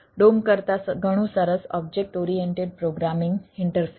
DOM કરતાં ઘણું સરસ ઓબ્જેક્ટ ઓરિએન્ટેડ પ્રોગ્રામિંગ ઇન્ટરફેસ